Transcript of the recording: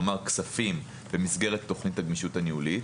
כלומר כספים במסגרת תוכנית הגמישות הניהולית,